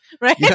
right